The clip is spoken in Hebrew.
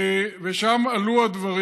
ושם עלו הדברים.